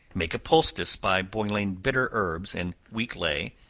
make a poultice by boiling bitter herbs in weak ley,